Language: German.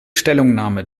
stellungnahme